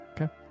Okay